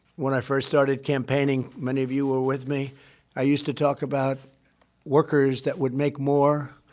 when i first started campaigning many of you were with me i used to talk about workers that would make more,